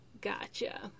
Gotcha